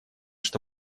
что